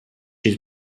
his